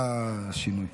היה שינוי.